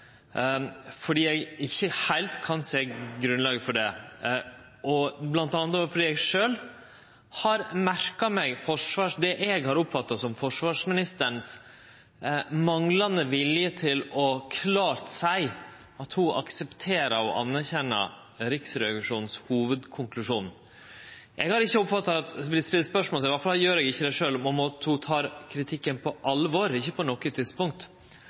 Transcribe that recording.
fordi eg sjølv har merka meg det eg har oppfatta som forsvarsministeren sin manglande vilje til å seie klart at ho aksepterer og anerkjenner Riksrevisjonens hovudkonklusjon. Eg har ikkje på noko tidspunkt oppfatta at det har vore stilt spørsmål – difor gjer eg ikkje det sjølv heller – ved om ho tek kritikken på alvor.